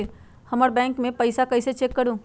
हमर बैंक में पईसा कईसे चेक करु?